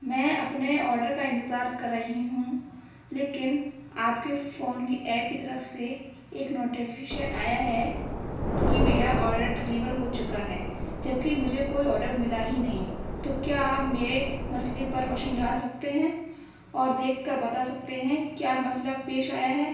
میں اپنے آڈر کا انتظار کر رہی ہوں لیکن آپ کے فون کی ایپ کی طرف سے ایک نوٹیفیشن آیا ہے کہ میرا آڈر ڈلیور ہو چکا ہے جبکہ مجھے کوئی آڈر ملا ہی نہیں تو کیا آپ میرے مسٔلے پر روشنی ڈال سکتے ہیں اور دیکھ کر بتا سکتے ہیں کیا مسٔلہ پیش آیا ہے